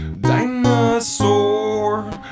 Dinosaur